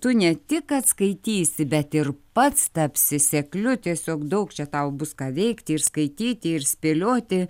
tu ne tik kad skaitysi bet ir pats tapsi sekliu tiesiog daug čia tau bus ką veikti ir skaityti ir spėlioti